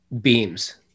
beams